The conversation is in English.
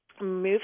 move